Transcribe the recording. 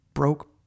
broke